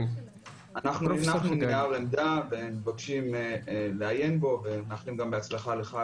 אנחנו הנחנו נייר עמדה ומבקשים לעיין בו ומאחלים גם בהצלחה לך,